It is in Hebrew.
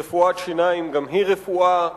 רפואת שיניים גם היא רפואה,